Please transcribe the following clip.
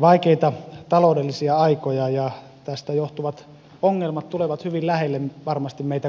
vaikeita taloudellisia aikoja ja tästä johtuvat ongelmat tulevat hyvin lähelle varmasti meitä kaikkia